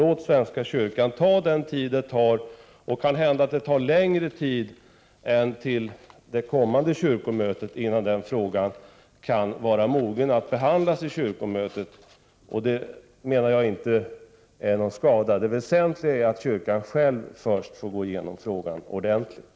Låt svenska kyrkan få den tid som behövs. Det kan hända att det tar längre tid än till kommande kyrkomöte innan den frågan kan vara mogen att behandlas av kyrkomötet. Jag menar att det inte är till någon skada. Det väsentliga är att kyrkan själv först får gå igenom frågan ordentligt.